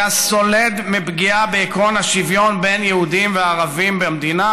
היה סולד מפגיעה בעקרון השוויון בין יהודים לערבים במדינה,